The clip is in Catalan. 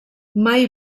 mai